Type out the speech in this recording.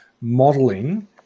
modeling